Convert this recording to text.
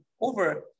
over